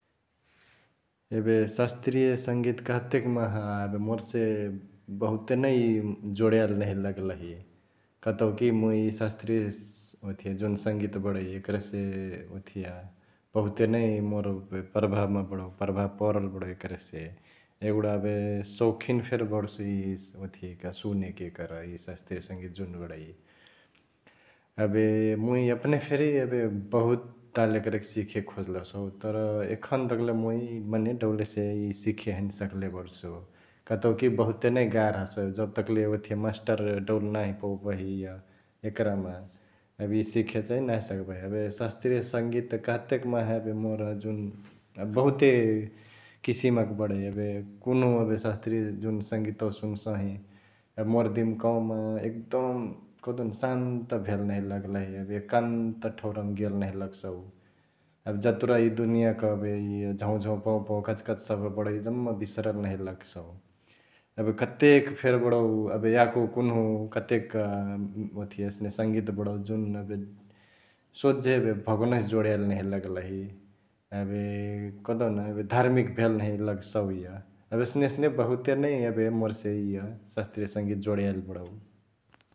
एबे शासतृय संगीत कहतेक माहा एबे मोरसे बहुते नै जोडियाइली नहिया लगलही कतौकी मुइ इ शास्तृय ओथिया जुन संगीत बडै एकरसे ओथिया बहुते नै मोर एबे प्रभावमा बडौ, प्रभाव परल बडौ एकरसे । एगुडा एबे सौखिन फेरी बडसु इ ओथी सुनेके यकर इ शास्तृय संगीत जुन बडै । एबे मुइ एपनही फेरी एबे बहुत ताल एकरेके सिखे खोजलसु हौ तर एखन तकले मुइ मने डौलसे इ सिखे हैने सक्ले बड्सु कतौकी बहुते नै गाह्र हसौ जब तकले ओथिया मस्टर डौल नांही पौबही इअ एकरमा एबे सिखे चैं नाही सकबही । एबे शास्तृय संगीत कहतेक माहा एबे मोर जुन एबे बहुते किसिमक बडै एबे कुन्हु एबे शास्तृय जुन संगीतवा सुनसही एबे मोर दिमकवामा एकदम कहदेउन शांन्त भेल नहिया लगलही एबे एकान्त ठौरामा गेल नहिया लगसौ । एबे जतुरा इ दुनियाक एबे इअ झौंझौं पौंपौं कचकच सब बडै जम्मा बिसरल नहिया लग्सौ । एबे कतेक फेरी बडौ एबे याको कुन्हु कतेक ओथिया संगीत बडौ जुन एबे सोझे एबे भगोनवसे जोड्याइली नहिया लग्लही एबे कहदेउन धार्मिक भेल नहिया लगसौ इअ । एबे यसने यसने बहुते नै एबे मोरसे इअ शास्तृय संगीत जोडियाइली बडौ ।